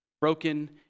Broken